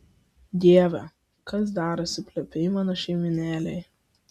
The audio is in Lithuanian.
dieve kas darosi plepiai mano šeimynėlei